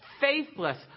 faithless